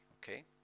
Okay